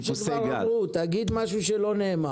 אל תגיד משהו שכבר אמרו, תגיד משהו שלא נאמר.